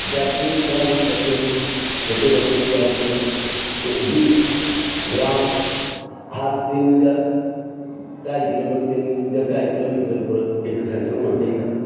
vaccine कराई छोटे बच्चे दी वैक्सीन ऐ ते ओह्बी ग्रांऽ हर दिन गै ढाई किलोमीटर उप्पर इक सैंटर होना चाहिदा